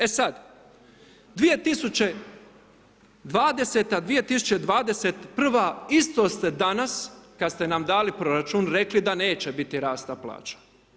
E sad, 2020, 2021. isto ste danas kada ste nam dali proračun rekli da neće biti rasta plaća.